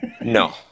No